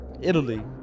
Italy